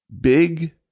Big